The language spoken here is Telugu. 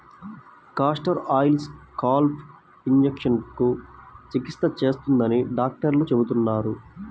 కాస్టర్ ఆయిల్ స్కాల్ప్ ఇన్ఫెక్షన్లకు చికిత్స చేస్తుందని డాక్టర్లు చెబుతున్నారు